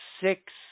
six